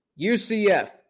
UCF